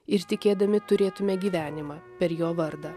ir tikėdami turėtume gyvenimą per jo vardą